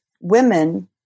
women